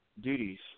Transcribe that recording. duties